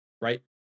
Right